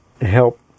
help